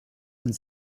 und